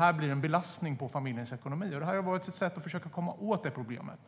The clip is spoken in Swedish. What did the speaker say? den blir en belastning på familjens ekonomi. Det här har varit ett sätt att försöka komma åt det problemet.